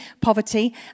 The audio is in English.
poverty